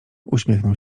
uśmiechnął